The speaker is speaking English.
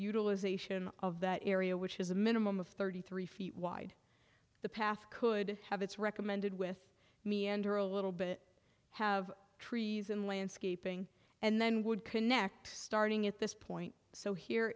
utilization of that area which is a minimum of thirty three feet wide the path could have it's recommended with meander a little bit have trees and landscaping and then would connect starting at this point so here